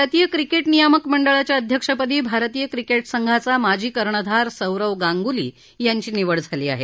भारतीय क्रिकेट नियामक मंडळाच्या अध्यक्षपदी भारतीय क्रिकेट संघाचा माजी कर्णधार सौरव गांगुली यांची निवड झाली आहे